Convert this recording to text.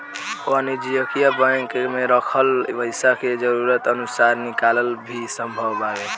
वाणिज्यिक बैंक में रखल पइसा के जरूरत अनुसार निकालल भी संभव बावे